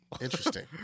interesting